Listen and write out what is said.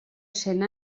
cent